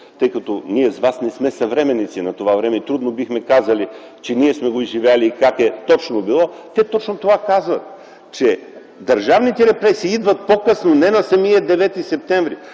тъй като ние с Вас не сме съвременници на това време и трудно бихме казали, че сме го изживели и как точно е било, те точно това казват – че държавните репресии идват по късно, не на самия Девети септември.